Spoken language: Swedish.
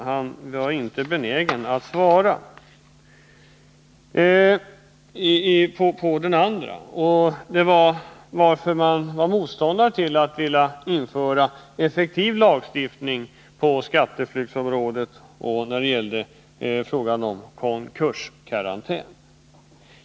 Han var inte benägen att svara på den andra av dessa. Den gällde varför den borgerliga majoriteten är motståndare till att införa en effektiv lagstiftning på skatteflyktsområdet och i fråga om konkurskarantän.